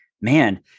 man